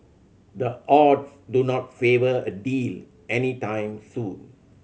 the odds do not favour a deal any time soon